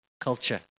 culture